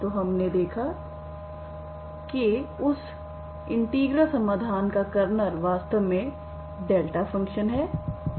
तो हमने अभी देखा है कि उस अभिन्न समाधान का कर्नेल वास्तव में कुछ फ़ंक्शन है जो हमने देखा है